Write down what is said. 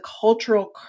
cultural